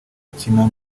ukina